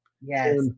Yes